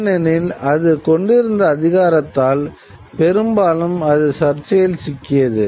ஏனெனில் அது கொண்டிருந்த அதிகாரத்தால் பெரும்பாலும் அது சர்ச்சையில் சிக்கியது